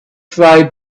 fly